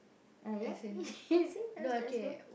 ah yeah you see that's stressful